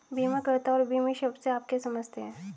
बीमाकर्ता और बीमित शब्द से आप क्या समझते हैं?